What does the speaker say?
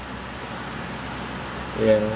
damn